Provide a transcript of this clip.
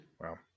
Wow